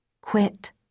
Quit